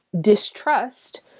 distrust